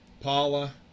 Paula